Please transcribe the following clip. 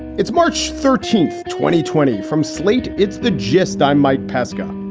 it's march thirteenth, twenty twenty from slate. it's the gist. i'm mike pesca.